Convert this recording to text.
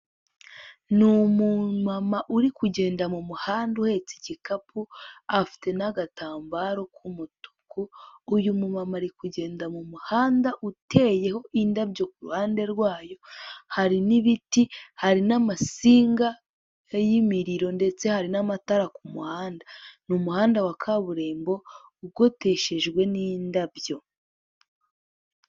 Ni umumama uri kugenda mu muhanda uhetse igikapu afite n'agatambaro k'umutuku, uyu mumama ari kugenda mu muhanda uteyeho indabyo ku ruhande rwayo, hari n'ibiti, hari n'amasinga y'imiriro ndetse hari n'amatara ku muhanda, ni umuhanda wa kaburimbo ugoteshejwe n'indabyo.